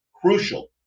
crucial